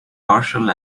partial